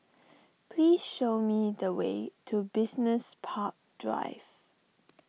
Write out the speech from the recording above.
please show me the way to Business Park Drive